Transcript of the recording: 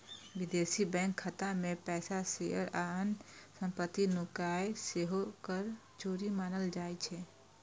विदेशी बैंक खाता मे पैसा, शेयर आ अन्य संपत्ति नुकेनाय सेहो कर चोरी मानल जाइ छै